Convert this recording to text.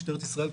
משטרת ישראל,